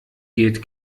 gilt